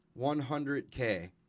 100K